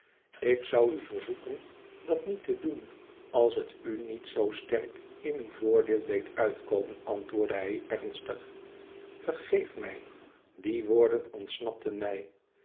ik zou u verzoeken dat niet te doen als het u niet zoo sterk in uw voordeel deed uitkomen antwoordde hij ernstig vergeef mij die woorden ontsnapten mij